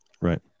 Right